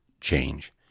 change